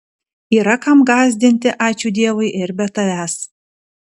yra kam gąsdinti ačiū dievui ir be tavęs